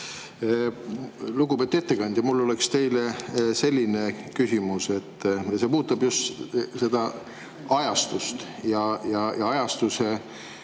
Lugupeetud ettekandja! Mul oleks teile selline küsimus. See puudutab just seda ajastust ja ajastuse